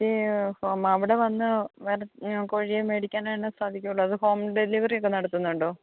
ചേച്ചി അവടെ വന്നു കോഴിയെ മേടിക്കാനാണ് സാധിക്കുകയുള്ളൂ അതൊ ഹോം ഡെലിവെറിയൊക്കെ നടത്തുന്നുണ്ടോ